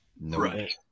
Right